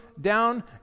down